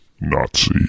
Nazi